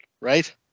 right